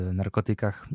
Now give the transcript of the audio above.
narkotykach